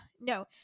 no